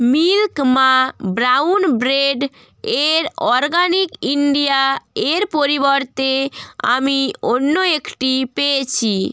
milk মা brown bread এর organic India এর পরিবর্তে আমি অন্য একটি পেয়েছি